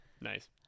Nice